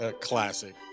classic